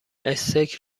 استیک